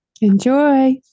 enjoy